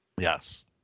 Yes